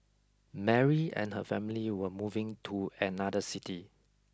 Mary and her family were moving to another city